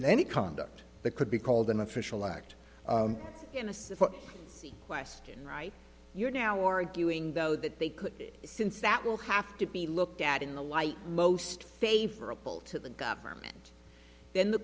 in any conduct the could be called an official act in a civil question right you're now arguing though that they could since that will have to be looked at in the light most favorable to the government then the